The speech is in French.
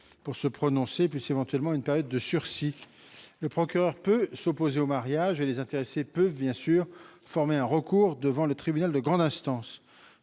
pour se prononcer, délai auquel s'ajoute éventuellement une période de sursis. Le procureur peut s'opposer au mariage, et les intéressés peuvent bien sûr former un recours devant le tribunal de grande instance.